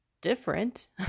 different